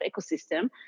ecosystem